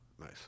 Nice